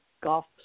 golf